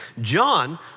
John